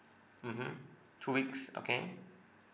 mmhmm two weeks okay